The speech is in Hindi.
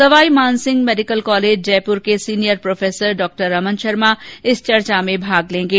सवाईमानसिंह मेडिकल कॉलेज जयपुर के सीनियर प्रोफेसर डॉ रमन शर्मा इस चर्चा में भाग लेंगे